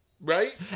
Right